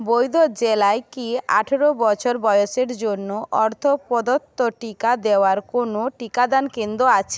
বৈইধব জেলায় কি আঠেরো বছর বয়সের জন্য অর্থ প্রদত্ত টিকা দেওয়ার কোনও টিকাদান কেন্দ্র আছে